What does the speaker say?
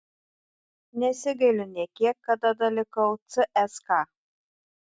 nesigailiu nė kiek kad tada likau cska